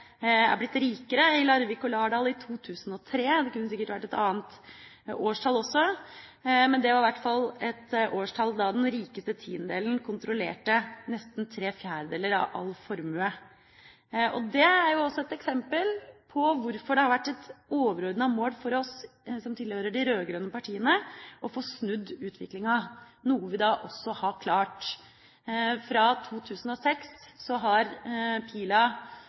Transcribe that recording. er blitt rikere i Larvik og Lardal i 2003 – det kunne sikkert vært et annet årstall også. Men det var i hvert fall et årstall da den rikeste tiendedelen kontrollerte nesten ¾ av all formue. Det er også et eksempel på hvorfor det har vært et overordna mål for oss som tilhører de rød-grønne partiene å få snudd utviklinga – noe vi da også har klart. Fra 2006 har pila